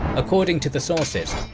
according to the sources,